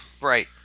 Right